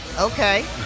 Okay